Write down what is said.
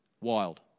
Wild